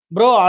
Bro